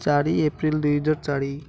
ଚାରି ଏପ୍ରିଲ ଦୁଇ ହଜାର ଚାରି